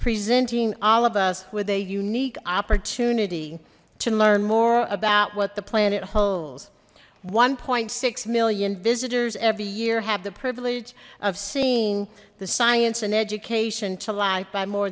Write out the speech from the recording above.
presenting all of us with a unique opportunity to learn more about what the planet holds one six million visitors every year have the privilege of seeing the science and education to life by more